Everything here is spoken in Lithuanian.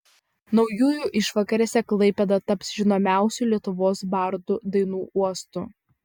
naujųjų išvakarėse klaipėda taps žinomiausių lietuvos bardų dainų uostu